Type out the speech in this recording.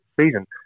season